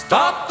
Stop